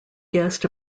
guest